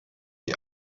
die